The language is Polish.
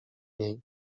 niej